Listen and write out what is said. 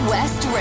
West